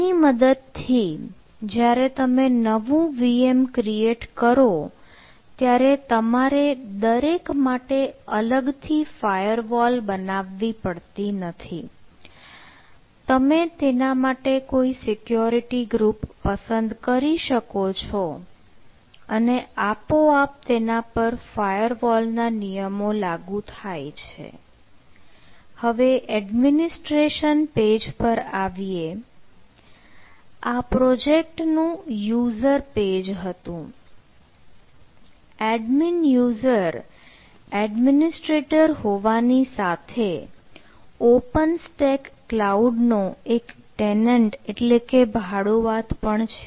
આની મદદથી જ્યારે તમે નવું VM ક્રિએટ એટલે કે ભાડુઆત પણ છે